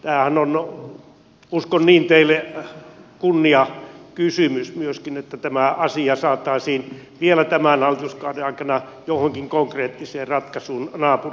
tämähän on uskon niin teille kunniakysymys myöskin että tämä asia saataisiin vielä tämän hallituskauden aikana johonkin konkreettiseen ratkaisuun naapureitten kanssa